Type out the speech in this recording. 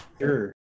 sure